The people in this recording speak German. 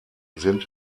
sind